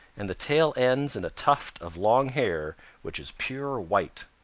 and the tail ends in a tuft of long hair which is pure white.